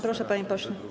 Proszę, panie pośle.